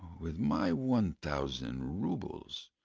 with my one thousand roubles,